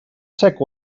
sec